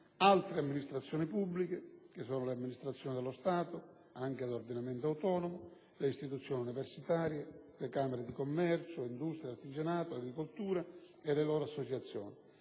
altre amministrazioni pubbliche (le amministrazioni dello Stato, anche ad ordinamento autonomo); le istituzioni universitarie; le Camere di commercio, industria, artigianato e agricoltura e le loro associazioni;